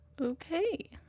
Okay